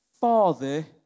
father